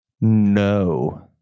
no